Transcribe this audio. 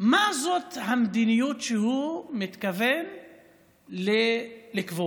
מה זאת המדיניות שהוא מתכוון לקבוע.